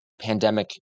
pandemic